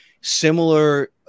similar